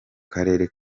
karere